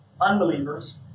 unbelievers